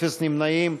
אפס נמנעים.